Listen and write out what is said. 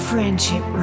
Friendship